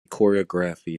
choreography